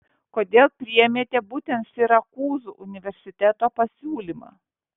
kodėl priėmėte būtent sirakūzų universiteto pasiūlymą